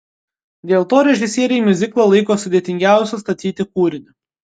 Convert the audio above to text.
dėl to režisieriai miuziklą laiko sudėtingiausiu statyti kūriniu